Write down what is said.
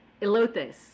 Elotes